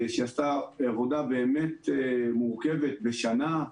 שעשתה עבודה באמת מורכבת בשנה,